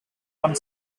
one